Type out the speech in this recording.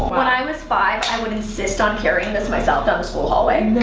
when i was five i would insist on carrying this myself down the school hallway,